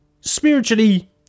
spiritually